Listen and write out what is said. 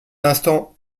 instants